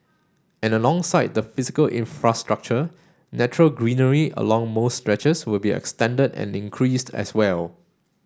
and alongside the physical infrastructure natural greenery along most stretches will be extended and increased as well